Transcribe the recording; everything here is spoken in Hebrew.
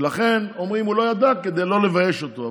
ולכן אומרים שהוא לא ידע כדי לא לבייש אותו.